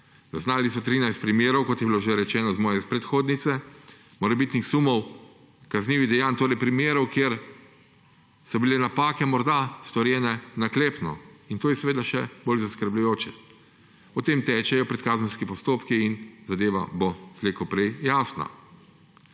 Zaznali so 13 primerov, kot je bilo že rečno od moje predhodnice, morebitnih sumov kaznivih dejanj, torej primerov, kjer so bile napake morda storjene naklepno, in to je seveda še bolj zaskrbljujoče. O tem tečejo predkazenski postopki in zadeva bo slej ko prej jasna.